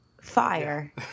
Fire